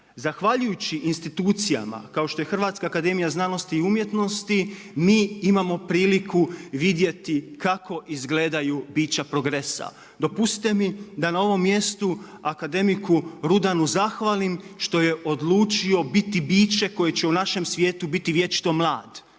Zahvaljujući institucijama kao što je Hrvatska akademija znanosti i umjetnosti mi imamo priliku vidjeti kako izgledaju bića progresa. Dopustite mi da na ovom mjestu akademiku Rudanu zahvalim što je odlučio biti biće koje će u našem svijetu biti vječito mlad,